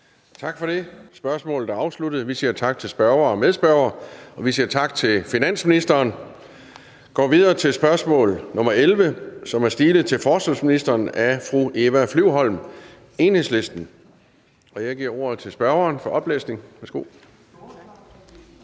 Tak for det. Spørgsmålet er afsluttet. Vi siger tak til spørger og medspørger, og vi siger tak til finansministeren. Vi går videre til spørgsmål nr. 11, som er stilet til forsvarsministeren af fru Eva Flyvholm, Enhedslisten. Kl. 14:29 Spm. nr. S 296 11) Til forsvarsministeren